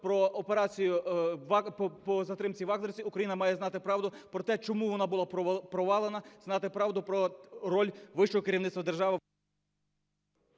про операцію по затримці "вагнерівців". Україна має знати правду про те, чому вона була провалена, знати правду про роль вищого керівництва держави...